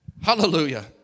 Hallelujah